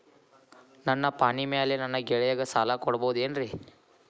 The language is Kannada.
ನನ್ನ ಪಾಣಿಮ್ಯಾಲೆ ನನ್ನ ಗೆಳೆಯಗ ಸಾಲ ಕೊಡಬಹುದೇನ್ರೇ?